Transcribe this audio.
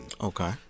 Okay